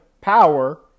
power